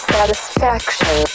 Satisfaction